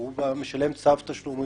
והוא משלם צו תשלום,